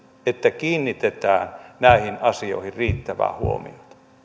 että kiinnitetään näihin asioihin riittävää huomiota